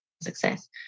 success